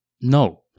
No